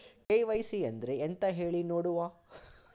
KYC ಅಂದ್ರೆ ಎಂತ ಹೇಳಿ ನೋಡುವ?